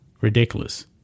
Ridiculous